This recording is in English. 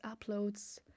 uploads